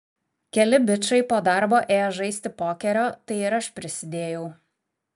keli bičai po darbo ėjo žaisti pokerio tai ir aš prisidėjau